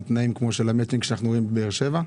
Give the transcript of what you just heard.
תנאים כמו של המצ'ינג שאנחנו רואים בבאר שבע?